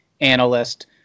analyst